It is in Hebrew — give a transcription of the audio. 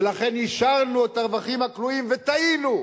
ולכן אישרנו את הרווחים הכלואים, וטעינו.